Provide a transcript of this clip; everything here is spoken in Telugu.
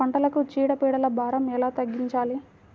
పంటలకు చీడ పీడల భారం ఎలా తగ్గించాలి?